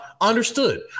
understood